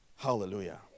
Hallelujah